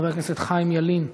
חבר הכנסת חיים ילין,